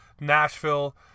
Nashville